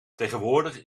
tegenwoordig